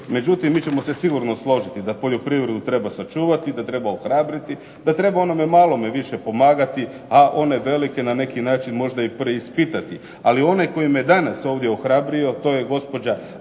Međutim, mi ćemo se sigurno složiti da poljoprivredu treba sačuvati, da treba ohrabriti, da treba onome malome više pomagati, a one velike na neki način možda i preispitati. Ali onaj koji me danas ovdje ohrabrio to je gospođa